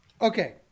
okay